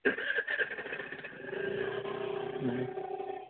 ꯎꯝ